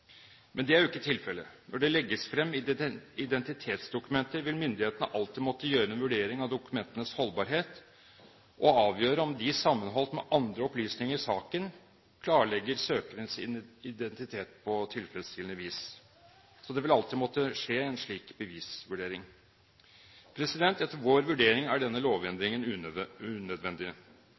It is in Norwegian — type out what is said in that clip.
Men det er jo ikke tilfellet. Når det legges frem identitetsdokumenter, vil myndighetene alltid måtte gjøre en vurdering av om det er hold i dokumentene, og avgjøre om de, sammenholdt med andre opplysninger i saken, klarlegger søkerens identitet på tilfredsstillende vis. Så det vil alltid måtte skje en slik bevisvurdering. Etter vår vurdering er denne lovendringen unødvendig.